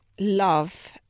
Love